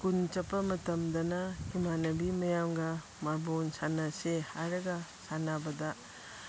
school ꯆꯠꯄ ꯃꯇꯝꯗꯅ ꯏꯃꯥꯟꯅꯕꯤ ꯃꯌꯥꯝꯒ ꯃꯥꯔꯕꯣꯜ ꯁꯥꯟꯅꯁꯦ ꯍꯥꯏꯔꯒ ꯁꯥꯟꯅꯕꯗ